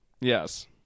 Yes